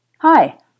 Hi